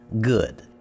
Good